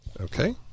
Okay